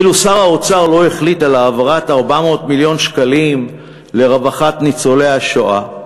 אילו שר האוצר לא החליט על העברת 400 מיליון שקלים לרווחת ניצולי השואה,